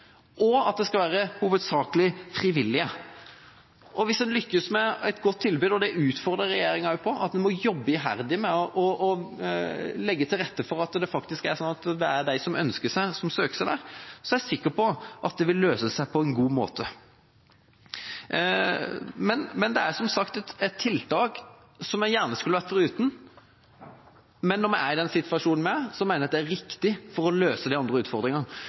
at det hovedsakelig skal være frivillige. Hvis en lykkes med et godt tilbud – det utfordrer jeg også regjeringa på, at en må jobbe iherdig med å legge til rette for at det faktisk er sånn at det er de som ønsker det, som søker seg der – er jeg sikker på at det vil løse seg på en god måte. Det er som sagt et tiltak jeg gjerne skulle vært foruten, men når vi er i den situasjonen vi er i, så mener jeg at det er riktig for å løse de andre utfordringene.